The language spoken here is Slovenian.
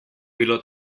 bilo